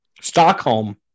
Stockholm